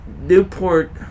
Newport